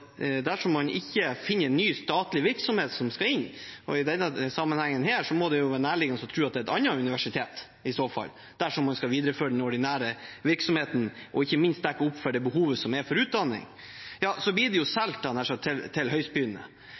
ikke finner ny statlig virksomhet som skal inn – i denne sammenheng må det i så fall være nærliggende å tro at det er et annet universitet, dersom man skal videreføre den ordinære virksomheten og ikke minst dekke opp behovet for utdanning – blir det nærmest solgt til høystbydende. Da mister vi det politiske virkemidlet til